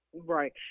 Right